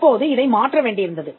இப்போது இதை மாற்ற வேண்டியிருந்தது